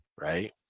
right